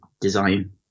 design